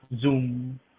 Zoom